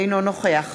אינו נוכח